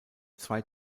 zwei